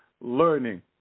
learning